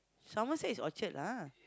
Somerset is Orchard lah